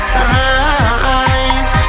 Sunrise